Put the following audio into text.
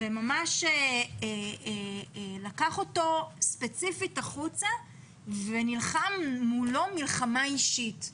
וממש לקח אותו ספציפית החוצה ונלחם מולו מלחמה אישית.